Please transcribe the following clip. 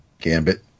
Gambit